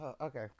okay